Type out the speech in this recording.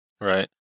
Right